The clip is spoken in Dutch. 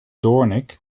doornik